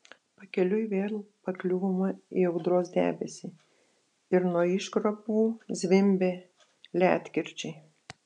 pakeliui vėl pakliuvome į audros debesį ir nuo iškrovų zvimbė ledkirčiai